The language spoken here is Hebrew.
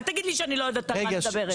אל תגיד לי שאני לא יודעת על מה שאני מדברת.